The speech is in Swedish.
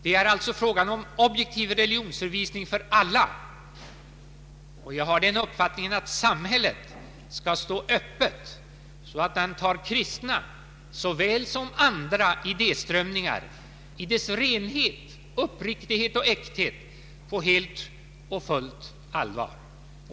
Det är alltså fråga om objektiv religionsundervisning för alla, och jag har den uppfattningen att samhället skall stå öppet så att det tar kristna såväl som andra idé strömningar i deras renhet, uppriktighet och äkthet på helt och fullt allvar.